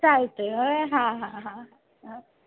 चालतंय हां हां हां हां हां